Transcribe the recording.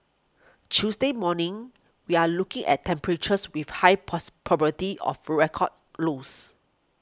Tuesday morning we're looking at temperatures with very high pass probability of record lose